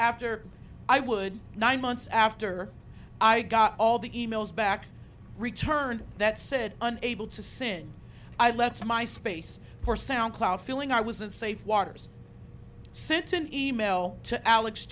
after i would nine months after i got all the emails back returned that said unable to sin i let my space for sound cloud feeling i was in safe waters sits an email to alex